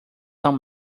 são